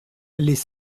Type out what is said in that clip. les